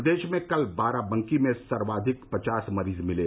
प्रदेश में कल बाराबंकी में सर्वाधिक पचास मरीज मिले